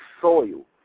soil